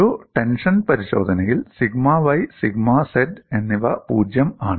ഒരു ടെൻഷൻ പരിശോധനയിൽ sigma y sigma z എന്നിവ 0 ആണ്